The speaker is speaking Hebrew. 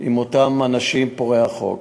עם אותם אנשים פורעי החוק,